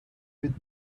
with